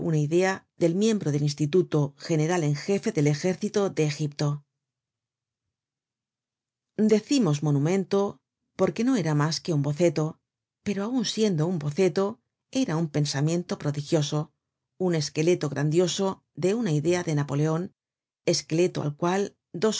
una idea del miembro del instituto general en jefe del ejército de egipto decimos monumento aunque no era mas que un boceto pero aun siendo un boceto era un pensamiento prodigioso un esqueleto grandioso de una idea de napoleon esqueleto al cual